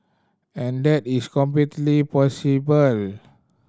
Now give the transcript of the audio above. and that is completely possible